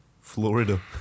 Florida